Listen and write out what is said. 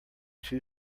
too